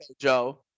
Joe